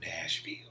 Nashville